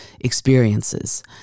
experiences